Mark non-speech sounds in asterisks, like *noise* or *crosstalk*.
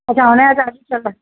अच्छा हुन जो त *unintelligible*